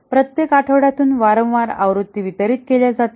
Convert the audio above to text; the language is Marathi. प्रत्येक आठवड्यातून वारंवार आवृत्ती वितरित केल्या जातात